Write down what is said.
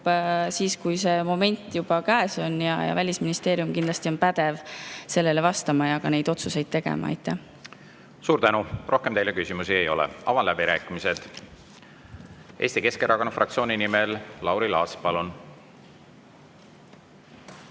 siis, kui see moment käes on. Välisministeerium on kindlasti pädev sellele vastama ja neid otsuseid tegema. Suur tänu! Rohkem teile küsimusi ei ole. Avan läbirääkimised. Eesti Keskerakonna fraktsiooni nimel Lauri Laats, palun!